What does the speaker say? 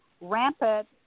rampant